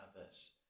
others